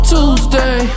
Tuesday